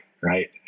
right